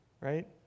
right